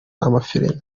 amafilimi